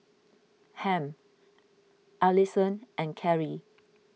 Hamp Allison and Carrie